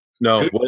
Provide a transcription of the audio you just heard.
No